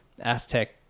Aztec